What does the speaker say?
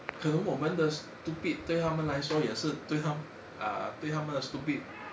可能我们的 stupid 对他们来说也是对他们 err 对他们的 stupid